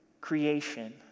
creation